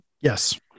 Yes